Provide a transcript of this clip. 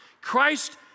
Christ